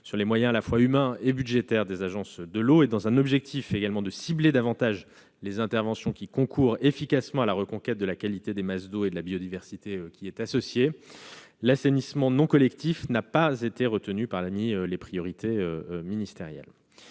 des moyens à la fois humains et budgétaires des agences de l'eau et afin de cibler davantage les interventions, qui concourent efficacement à la reconquête de la qualité des masses d'eau et de la biodiversité qui y est associée, l'assainissement non collectif n'a pas été retenu parmi les priorités ministérielles.